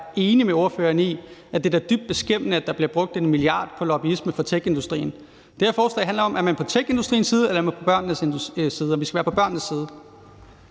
enig med ordføreren i, at det da er dybt beskæmmende, at der bliver brugt 1 mia. kr. på lobbyisme af techindustrien. Det her forslag handler om, om man er på techindustriens side, eller om man er på børnenes side, og vi skal være på børnenes side.